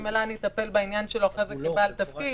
ממילא אטפל בעניין שלו אחרי זה כבעל תפקיד